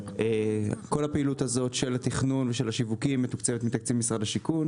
כל הפעילות הזאת של התכנון ושל השיווקים מתוקצבת מתקציב משרד השיכון